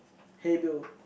hey Bill